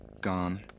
gone